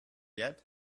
yet